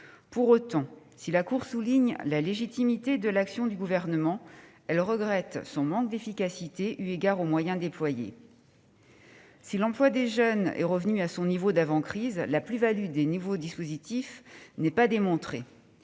Pour autant, si la Cour des comptes souligne la légitimité de l'action du Gouvernement, elle regrette son manque d'efficacité eu égard aux moyens déployés. L'emploi des jeunes est certes revenu à son niveau d'avant-crise, mais la plus-value des nouveaux dispositifs n'est pas démontrée.